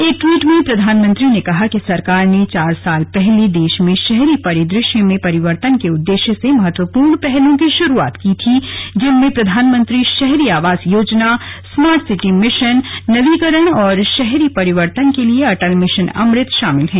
एक टवीट में प्रधानमंत्री ने कहा कि सरकार ने चार साल पहले देश में शहरी परिदृश्य के परिवर्तन के उद्देश्य से महत्वपूर्ण पहलों की शुरुआत की थी जिनमें प्रधानमंत्री शहरी आवास योजना स्मार्ट सिटी मिशन नवीकरण और शहरी परिवर्तन के लिए अटल मिशन अमृत शामिल हैं